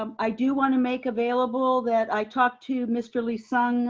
um i do wanna make available that i talked to mr. lee-sung